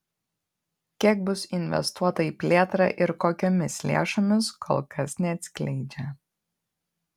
kiek bus investuota į plėtrą ir kokiomis lėšomis kol kas neatskleidžia